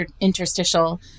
interstitial